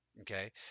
okay